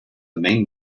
main